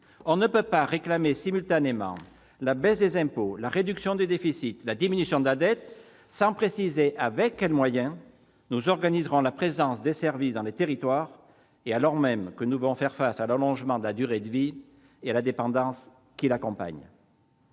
On ne peut pas réclamer simultanément la baisse des impôts, la réduction du déficit, la diminution de la dette, sans préciser avec quels moyens nous organiserons la présence des services dans les territoires, alors même que nous devons faire face à l'allongement de la durée de vie et au phénomène de dépendance qui l'accompagne.